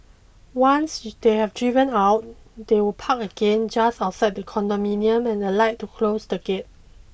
once they have driven out they will park again just outside the condominium and alight to close the gate